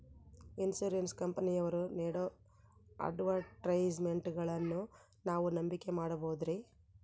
Insurance ಕಂಪನಿಯವರು ನೇಡೋ ಅಡ್ವರ್ಟೈಸ್ಮೆಂಟ್ಗಳನ್ನು ನಾವು ನಂಬಿಕೆ ಮಾಡಬಹುದ್ರಿ?